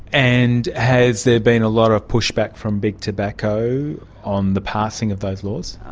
and has there been a lot of push-back from big tobacco on the passing of those laws?